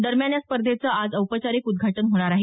दरम्यान या स्पर्धेचं औपचारिक उद्घाटन आज होणार आहे